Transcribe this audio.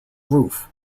roof